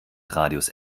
radius